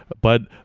but,